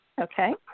Okay